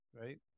right